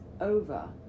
over